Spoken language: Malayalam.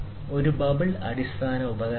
ഒരു ബബിൾ അടിസ്ഥാന ഉപകരണമാണ്